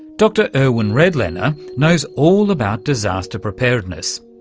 dr irwin redlener knows all about disaster preparedness,